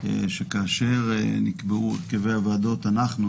שכאשר נקבעו הרכבי הוועדות אנחנו,